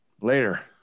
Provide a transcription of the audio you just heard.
later